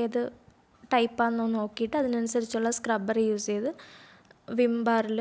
ഏത് ടൈപ്പ് ആണെന്ന് നോക്കിയിട്ട് അതിനനുസരിച്ചുള്ള സ്ക്രബ്ബർ യൂസ് ചെയ്ത് വിം ബാറിൽ